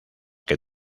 que